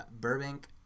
Burbank